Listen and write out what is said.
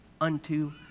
unto